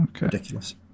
ridiculous